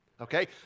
Okay